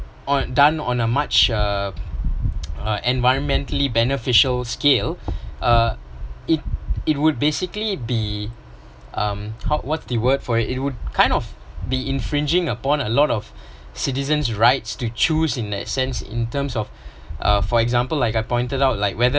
on done on a much uh uh environmentally beneficial skill uh it it would basically be um how what's the word for it it would kind of be infringing upon a lot of citizen rights to choose in the sense in terms of uh for example like I pointed out like whether